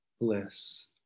bliss